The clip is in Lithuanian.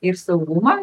ir saugumą